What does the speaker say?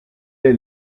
est